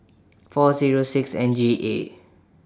four Zero six N G A